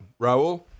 Raul